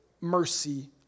mercy